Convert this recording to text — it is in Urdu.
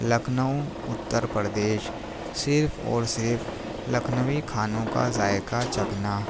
لکھنؤ اتر پردیش صرف اور صرف لکھنوی کھانوں کا ذائقہ چکنا